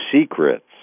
secrets